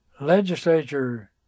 legislature